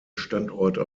standorte